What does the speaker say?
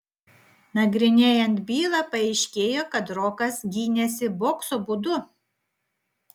nagrinėjant bylą paaiškėjo kad rokas gynėsi bokso būdu